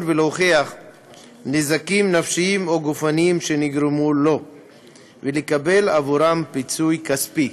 ולהוכיח נזקים נפשיים או גופניים שנגרמו לו ולקבל עבורם פיצוי כספי.